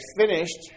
finished